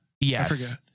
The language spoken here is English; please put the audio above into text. Yes